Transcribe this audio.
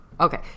Okay